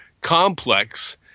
complex